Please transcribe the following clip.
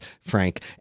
Frank